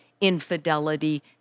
infidelity